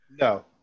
No